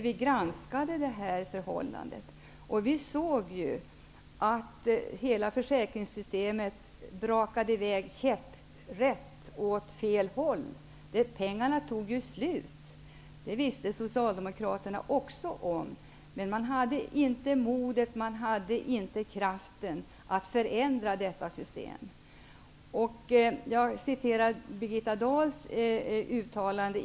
Vi granskade förhållandena i försäkringssystemet, och vi såg att hela systemet brakade i väg käpprätt åt fel håll. Pengarna tog ju slut! Det visste Socialdemokraterna också om, men man hade inte modet eller kraften att förändra detta system. Jag har här en tidskrift där Birgitta Dahl har gjort ett uttalande.